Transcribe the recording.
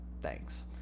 thanks